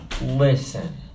listen